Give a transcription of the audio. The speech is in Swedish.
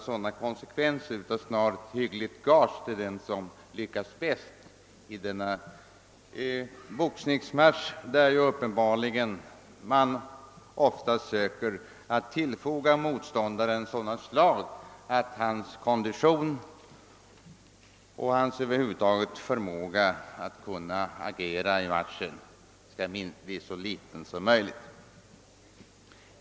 Snarare blir det hyggligt gage till den som lyckas bäst i en boxningsmatch, där man uppenbarligen ofta söker att tillfoga motståndaren sådana slag att hans kondition och över huvud taget hans förmåga att agera i matchen skall bli så dålig som möjligt.